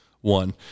one